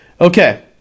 Okay